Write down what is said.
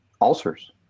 ulcers